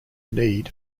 need